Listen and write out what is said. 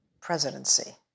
presidency